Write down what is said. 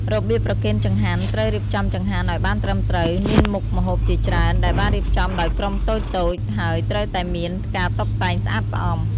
របៀបប្រគេនចង្ហាន់ត្រូវរៀបចំចង្ហាន់ឲ្យបានត្រឹមត្រូវ មានមុខម្ហូបជាច្រើន ដែលបានរៀបចំដោយក្រុមតូចៗ ហើយត្រូវតែមានការតុបតែងស្អាតស្អំ។